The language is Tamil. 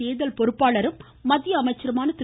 தேர்தல் பொறுப்பாளரும் மத்திய அமைச்சருமான திரு